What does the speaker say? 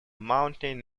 mountain